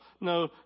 No